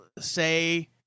say